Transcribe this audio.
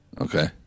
Okay